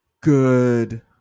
Good